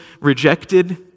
rejected